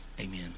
Amen